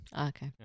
Okay